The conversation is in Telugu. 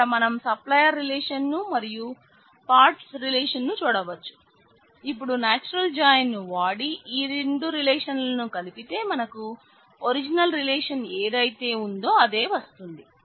అక్కడ మనం సప్లయర్ రిలేషన్ను మరియు పార్ట్స్ రిలేషన్ను చూడవచ్చు ఇపుడు నేచురల్ జాయిన్ను వాడి ఈ రెండు రిలేషన్లను కలిపితే మనకు ఒరిజినల్ రిలేషన్ ఏదైతే ఉందో అదే వస్తుంది